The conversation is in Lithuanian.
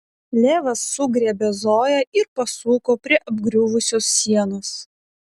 levas sugriebė zoją ir pasuko prie apgriuvusios sienos